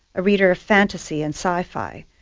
a reader of fantasy and sci-fi,